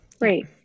Great